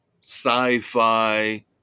sci-fi